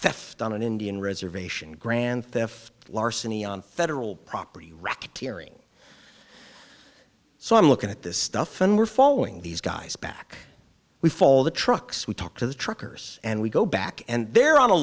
theft on an indian reservation grand theft larceny on federal property racketeering so i'm looking at this stuff and we're following these guys back we fall the trucks we talk to the truckers and we go back and they're on a